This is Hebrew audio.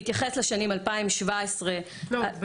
בהתייחס לשנים 2017 --- לא,